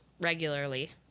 regularly